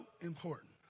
important